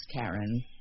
Karen